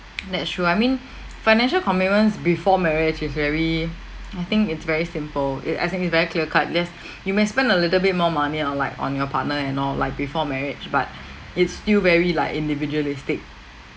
that's true I mean financial commitments before marriage is very I think it's very simple it as in it's very clear cut yes you may spend a little bit more money on like on your partner and all like before marriage but it's still very like individualistic